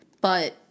but-